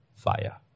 Fire